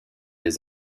des